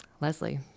Leslie